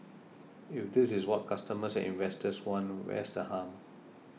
if this is what customers and investors want where's the harm